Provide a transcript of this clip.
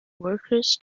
workers